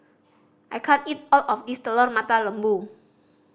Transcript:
I can't eat all of this Telur Mata Lembu